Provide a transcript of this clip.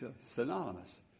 synonymous